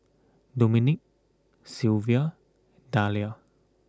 Domenick Silvia Dalia